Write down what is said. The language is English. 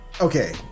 Okay